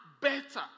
better